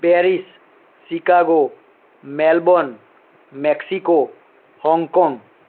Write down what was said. Paris Chicago Melbourne Mexico Hong Kong